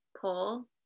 pull